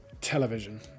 television